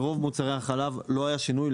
ברוב מוצרי החלב לא היה שינוי,